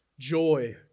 joy